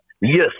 yes